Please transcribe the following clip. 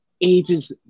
ages